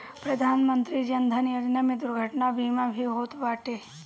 प्रधानमंत्री जन धन योजना में दुर्घटना बीमा भी होत बाटे